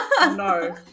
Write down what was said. no